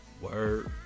word